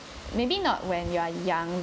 maybe not when you are young